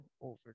over